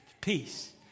Peace